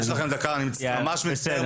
יש לכם דקה אני ממש מצטער,